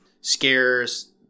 scares